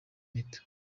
impeta